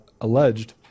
alleged